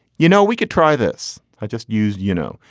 you know, we could try this. i just used, you know.